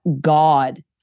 God